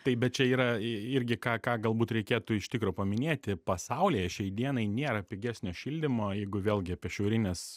taip bet čia yra irgi ką ką galbūt reikėtų iš tikro paminėti pasaulyje šiai dienai nėra pigesnio šildymo jeigu vėlgi apie šiaurines